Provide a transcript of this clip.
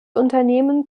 unternehmen